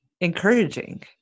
encouraging